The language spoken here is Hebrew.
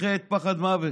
מפחד פחד מוות.